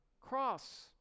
cross